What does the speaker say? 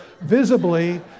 visibly